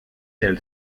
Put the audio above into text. del